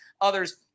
Others